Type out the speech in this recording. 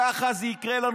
ככה זה יקרה לנו.